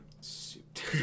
Suit